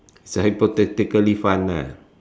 it's hypothetically fun ah